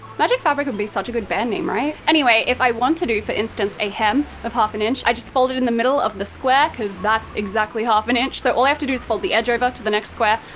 magic fabric would be such a good band name, right? anyway, if i want to do, for instance, a hem of half an inch, i just fold it in the middle of the square cause that's exactly half an inch, so all i have to do is fold the edge over ah to the next square,